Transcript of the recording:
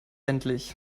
endlich